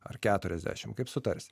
ar keturiasdešimt kaip sutarsi